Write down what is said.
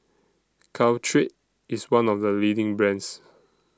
Caltrate IS one of The leading brands